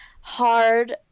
hard